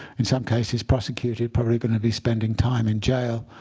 in some cases, prosecuted, probably going to be spending time in jail.